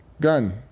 gun